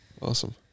Awesome